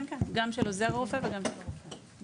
גם של עוזר רופא וגם של רופא.